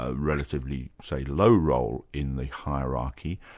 ah relatively, say, low role in the hierarchy,